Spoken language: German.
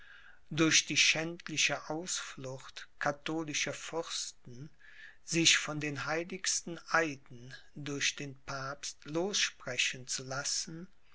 durch die schändliche ausflucht katholischer fürsten sich von den heiligsten eiden durch den papst lossprechen zu lassen